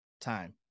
time